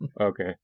okay